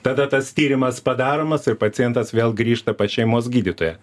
tada tas tyrimas padaromas ir pacientas vėl grįžta pas šeimos gydytoją